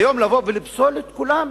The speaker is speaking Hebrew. היום לבוא ולפסול את כולם,